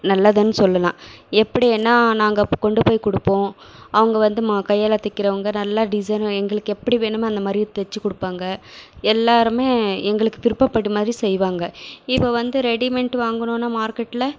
நல்லதுன்னு சொல்லலாம் எப்படி ஏன்னா நாங்கள் இப்போ கொண்டு போய் கொடுப்போம் அவங்க வந்து மா கையால் தைக்கிறவுங்க நல்லா டிசைன் எங்களுக்கு எப்படி வேணுமோ அந்த மாதிரியே தச்சி கொடுப்பாங்க எல்லாருமே எங்களுக்கு விருப்பப்பட்டு மாதிரி செய்வாங்க இப்போ வந்து ரெடிமெட் வாங்கணுன்னா மார்க்கெட்டில